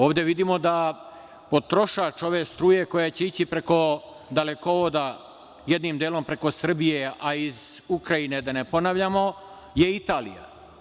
Ovde vidimo da potrošač ove struje koja će ići preko dalekovoda, jednim delom preko Srbije, a iz Ukrajine, da ne ponavljamo, je Italija.